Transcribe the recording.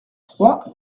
trois